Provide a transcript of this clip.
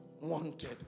wanted